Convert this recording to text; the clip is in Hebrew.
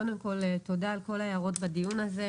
קודם כל, תודה על כל ההערות בדיון הזה.